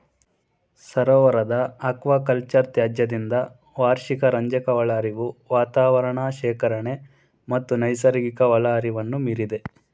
ಸರೋವರದ ಅಕ್ವಾಕಲ್ಚರ್ ತ್ಯಾಜ್ಯದಿಂದ ವಾರ್ಷಿಕ ರಂಜಕ ಒಳಹರಿವು ವಾತಾವರಣ ಶೇಖರಣೆ ಮತ್ತು ನೈಸರ್ಗಿಕ ಒಳಹರಿವನ್ನು ಮೀರಿದೆ